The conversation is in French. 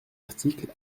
article